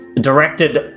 directed